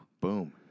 Boom